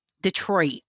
detroit